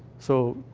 so,